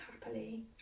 happily